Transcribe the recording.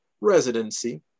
Residency